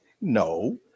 No